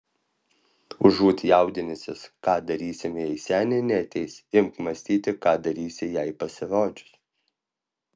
užuot jaudinęsis ką darysime jei senė neateis imk mąstyti ką darysi jai pasirodžius